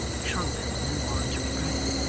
shrunk with an involuntary dread.